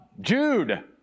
Jude